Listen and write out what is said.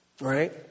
Right